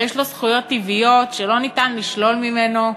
ויש לו זכויות טבעיות שלא ניתן לשלול ממנו,